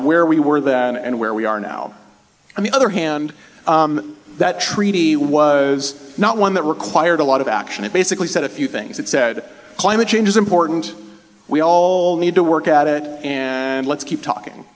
where we were than and where we are now i mean other hand that treaty was not one that required a lot of action it basically said a few things that said climate change is important we all need to work at it and let's keep talking